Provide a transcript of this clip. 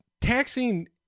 taxing